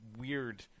weird